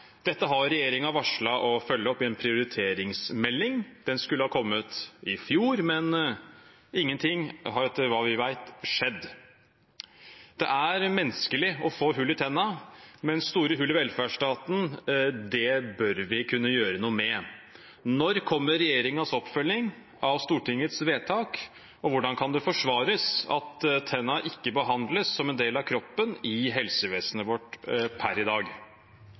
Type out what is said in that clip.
Dette har regjeringen varslet å følge opp i en prioriteringsmelding. Den skulle ha kommet i fjor, men etter hva vi vet, har ingenting skjedd. Det er menneskelig å få hull i tennene, men store hull i velferdsstaten bør vi kunne gjøre noe med. Når kommer regjeringens oppfølging av Stortingets vedtak, og hvordan kan det forsvares at tennene ikke behandles som en del av kroppen i helsevesenet vårt per i dag?